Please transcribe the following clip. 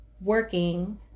working